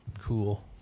Cool